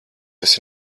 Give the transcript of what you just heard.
esi